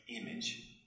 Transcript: image